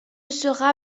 sera